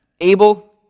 Abel